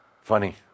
Funny